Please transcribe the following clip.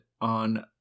on